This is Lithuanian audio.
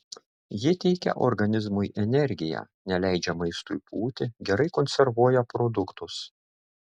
ji teikia organizmui energiją neleidžia maistui pūti gerai konservuoja produktus